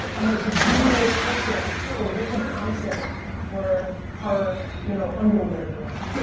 i'm like the junior assistant for rikki thompson for her you know underwear brand.